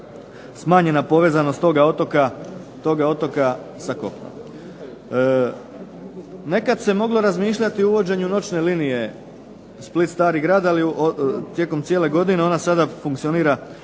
smanjena povezanost toga otoka sa kopnom. Nekada se moglo razmišljati o uvođenju noćne linije Split Stari Grad ali tijekom cijele godine ona samo funkcionira